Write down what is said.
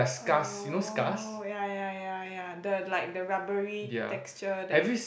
oh ya ya ya ya the like the rubbery texture that